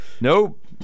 Nope